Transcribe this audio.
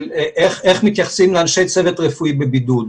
איך מתייחסים לאנשי צוות רפואי בבידוד,